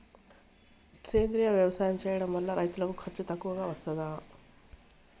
సేంద్రీయ వ్యవసాయం చేయడం వల్ల రైతులకు ఖర్చు తక్కువగా వస్తదా?